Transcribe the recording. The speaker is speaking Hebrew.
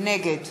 נגד